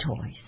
toys